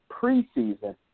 preseason